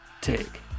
take